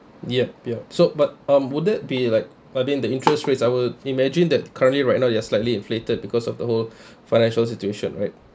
yep ya so but um would it be like why been the interest rates I would imagine that currently right now it's slightly inflated because of the whole financial situation right